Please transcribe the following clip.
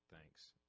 Thanks